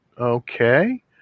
Okay